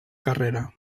carrera